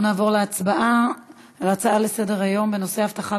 בואו נעבור להצבעה על ההצעה לסדר-היום בנושא: אבטחה